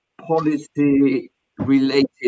policy-related